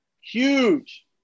huge